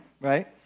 right